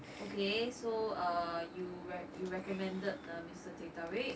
okay so err you rec~ recommended the mister teh tarik